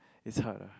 it's hard lah